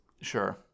Sure